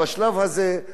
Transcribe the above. גם מדינת ישראל,